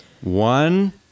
one